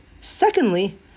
Secondly